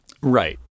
Right